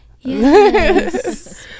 Yes